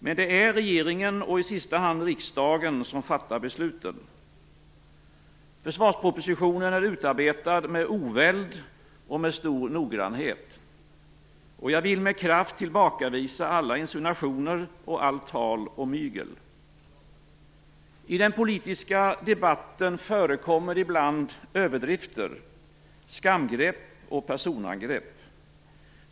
Men det är regeringen och i sista hand riksdagen som fattar besluten. Försvarspropositionen är utarbetad med oväld och med stor noggrannhet. Jag vill med kraft tillbakavisa alla insinuationer och allt tal om mygel. I den politiska debatten förekommer ibland överdrifter, skamgrepp och personangrepp.